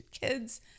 kids